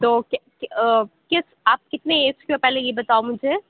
تو کس آپ کتنی ایج کے ہو پہلے یہ بتاؤ مجھے